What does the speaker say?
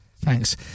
Thanks